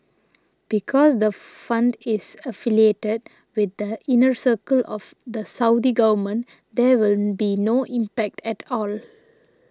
because the fund is affiliated with the inner circle of the Saudi government there will be no impact at all